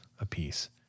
apiece